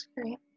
Great